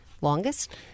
longest